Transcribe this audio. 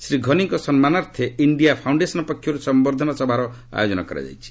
ଶ୍ରୀ ଘନିଙ୍କ ସମ୍ମାନାର୍ଥେ India foundation ପକ୍ଷରୁ ସମ୍ଭର୍ଦ୍ଧନା ସଭାରେ ଆୟୋଜନ କରାଯାଇଛି